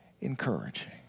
encouraging